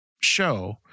show